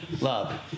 love